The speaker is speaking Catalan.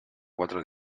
quatre